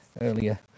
earlier